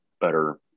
better